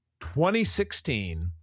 2016